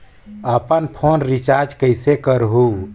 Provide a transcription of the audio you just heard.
अपन phone recharge कइसे करहु?